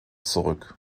zurück